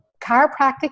chiropractic